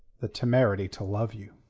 the temerity to love you.